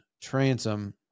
transom